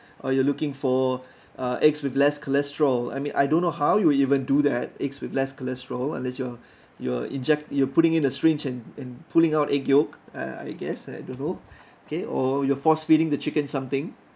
or you're looking for uh eggs with less cholesterol I mean I don't know how you even do that eggs with less cholesterol unless you are you're inject you are putting in a syringe and and pulling out egg yolk uh I guess I don't know okay or you're force feeding the chicken something